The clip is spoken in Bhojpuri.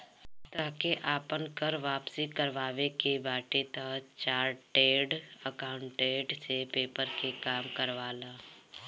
तोहके आपन कर वापसी करवावे के बाटे तअ चार्टेड अकाउंटेंट से पेपर के काम करवा लअ